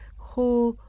who,